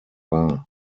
wahr